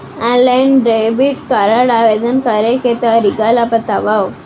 Online debit card आवेदन करे के तरीका ल बतावव?